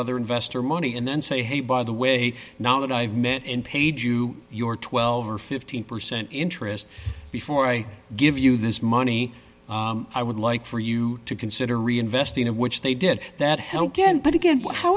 other investor money and then say hey by the way now that i've met and paid you your twelve or fifteen percent interest before i give you this money i would like for you to consider reinvesting in which they did that help again but again how